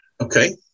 Okay